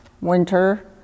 winter